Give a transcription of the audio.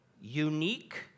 unique